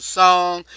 song